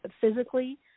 physically